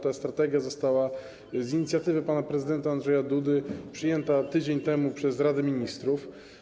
Ta strategia została z inicjatywy pana prezydenta Andrzeja Dudy przyjęta tydzień temu przez Radę Ministrów.